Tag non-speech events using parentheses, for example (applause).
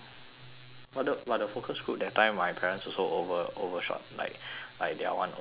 but the but the focus group that time my parents also over~ overshot like (breath) like their one also became long